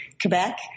Quebec